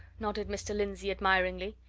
nodded mr. lindsey admiringly.